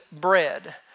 bread